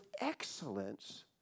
excellence